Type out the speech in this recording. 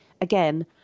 again